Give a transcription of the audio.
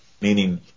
meaning